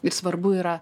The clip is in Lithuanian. ir svarbu yra